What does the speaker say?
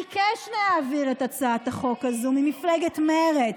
ביקש להעביר את הצעת החוק הזאת, ממפלגת מרצ,